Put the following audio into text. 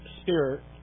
spirit